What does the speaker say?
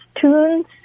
tunes